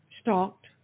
stalked